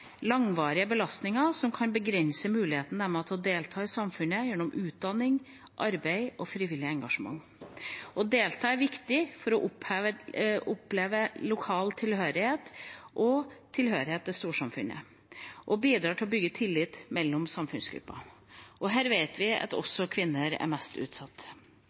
langvarige belastninger som kan begrense muligheten de har til å delta i samfunnet gjennom utdanning, arbeid og frivillig engasjement. Å delta er viktig for å oppleve lokal tilhørighet og tilhørighet til storsamfunnet, og det bidrar til å bygge tillit mellom samfunnsgrupper. Her vet vi at kvinner er mest utsatt.